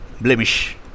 blemish